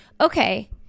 okay